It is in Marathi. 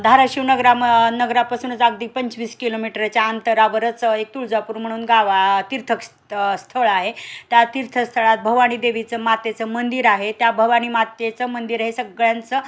धाराशिव नगराम नगरापासूनच अगदी पंचवीस किलोमीटरच्या अंतरावरच एक तुळजापूर म्हणून गावा तीर्थक्स स्थ स्थळ आहे त्या तीर्थस्थळात भवानी देवीचं मातेचं मंदिर आहे त्या भवानी मातेचं मंदिर हे सगळ्यांचं